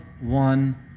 one